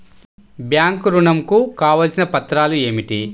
Bank ఋణం కు కావలసిన పత్రాలు ఏమిటి?